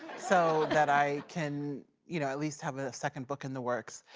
so, that i can you know at least have a second book in the works.